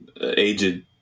aged